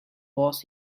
was